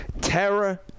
terror